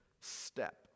step